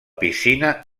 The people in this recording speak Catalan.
piscina